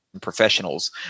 professionals